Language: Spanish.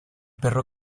perro